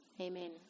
Amen